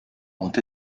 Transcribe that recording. ont